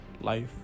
life